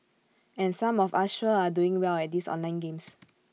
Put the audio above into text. and some of us sure are doing well at these online games